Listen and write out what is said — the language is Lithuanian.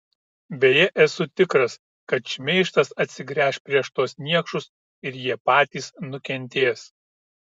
beje esu tikras kad šmeižtas atsigręš prieš tuos niekšus ir jie patys nukentės